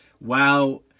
Wow